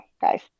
guys